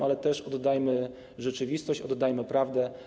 Ale też oddajmy rzeczywistość, oddajmy prawdę.